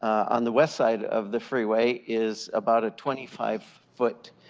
on the west side of the freeway is about a twenty five foot